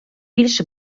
більш